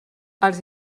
els